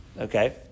okay